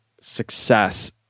success